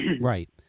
Right